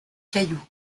cailloux